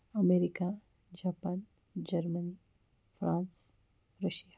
America Japan Germany France Russia